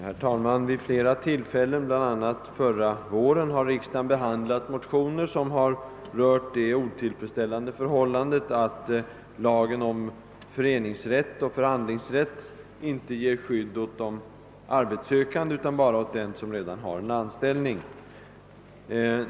Herr talman! Vid flera tillfällen, bl.a. förra våren, har riksdagen behandlat motioner som har rört det otillfredsställande förhållandet att lagen om föreningsoch förhandlingsrätt inte ger skydd åt arbetssökande utan bara åt dem som redan har en anställning.